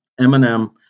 Eminem